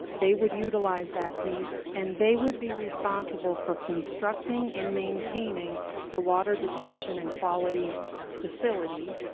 they would utilize that piece, and they would be responsible for constructing and maintaining the water detention and quality facility.